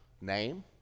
name